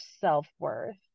self-worth